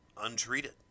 untreated